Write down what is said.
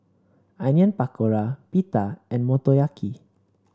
Onion Pakora Pita and Motoyaki